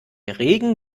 regen